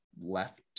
left